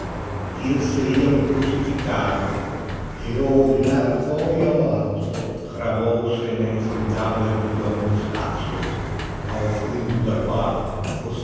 dir-se-ia um crucificado e o olhar foi ao alto cravou se na insondavel amplidão do espaço ao fundo da qual